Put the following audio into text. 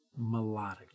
melodically